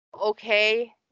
Okay